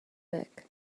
back